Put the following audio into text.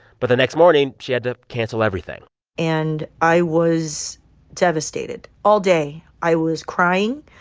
but the next morning, she had to cancel everything and i was devastated. all day, i was crying.